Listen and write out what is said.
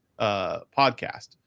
podcast